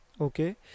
okay